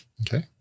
Okay